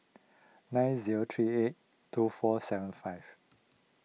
nine zero three eight two four seven five